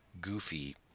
goofy